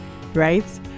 right